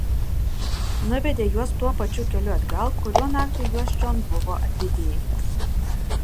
nuvedė juos tuo pačiu keliu atgal kuriuo naktį juos čion buvo atlydėjęs